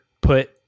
put